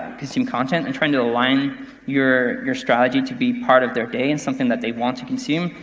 consume content. and trying to align your your strategy to be part of their day and something that they want to consume,